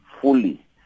fully